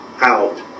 out